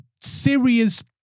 serious